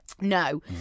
No